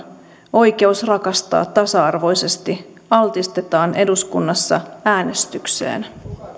oikeus rakastaa tasa arvoisesti altistetaan eduskunnassa äänestykseen